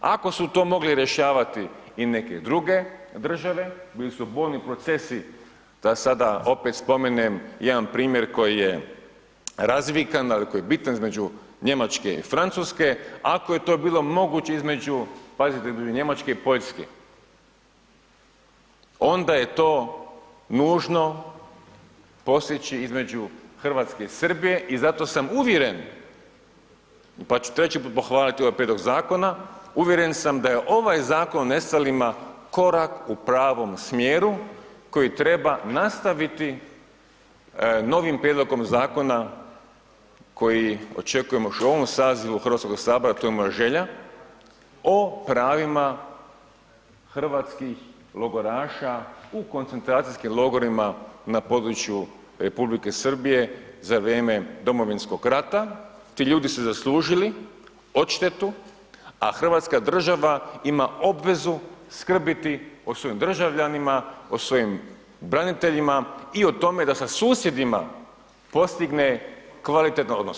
Ako su to mogli rješavati i neke druge države, bili su brojni procesi, da sada opet spomenem jedan primjer koji je razvikan, ali koji je bitan između Njemačke i Francuske, ako je to bilo moguće između, pazite, između Njemačke i Poljske, onda je to nužno postići između RH i Srbije i zato sam uvjeren, pa ću treći put pohvaliti ovaj prijedlog zakona, uvjeren sam da je ovaj Zakon o nestalima korak u pravom smjeru koji treba nastaviti novim prijedlogom zakona koji očekujemo još u ovom sazivu HS, a to je moja želja, o pravima hrvatskih logoraša u koncentracijskim logorima na području Republike Srbije za vrijeme Domovinskog rata, ti ljudi su zaslužili odštetu, a hrvatska država ima obvezu skrbiti o svojim državljanima, o svojim braniteljima i o tome da sa susjedima postigne kvalitetan odnos.